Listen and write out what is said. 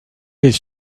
his